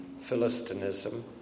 philistinism